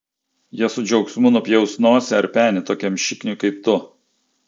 jie su džiaugsmu nupjaus nosį ar penį tokiam šikniui kaip tu